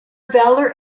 valor